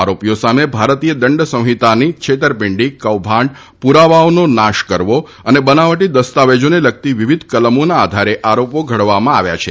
આરોપીઓ સામે ભારતીય દંડ સંહિતાની છેતરપીંડી કૌભાંડ પુરાવાઓનો નાશ કરવો અને બનાવટી દસ્તાવેજોને લગતી વિવિધ કલમોના આધારે આરોપો ઘડવામાં આવ્યા છે